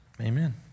Amen